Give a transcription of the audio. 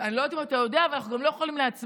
אני לא יודעת אם אתה יודע אבל אנחנו גם לא יכולים להצביע.